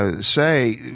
Say